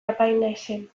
apinaizen